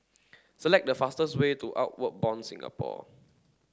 select the fastest way to Outward Bound Singapore